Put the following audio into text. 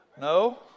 no